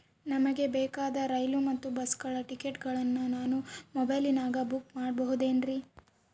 ನಮಗೆ ಬೇಕಾದ ರೈಲು ಮತ್ತ ಬಸ್ಸುಗಳ ಟಿಕೆಟುಗಳನ್ನ ನಾನು ಮೊಬೈಲಿನಾಗ ಬುಕ್ ಮಾಡಬಹುದೇನ್ರಿ?